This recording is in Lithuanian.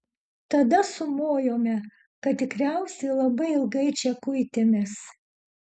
tada sumojome kad tikriausiai labai ilgai čia kuitėmės